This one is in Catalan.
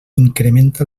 incrementa